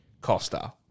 Costa